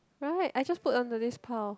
right I just put onto this pile